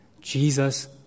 Jesus